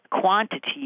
quantity